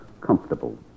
comfortable